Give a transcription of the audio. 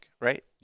right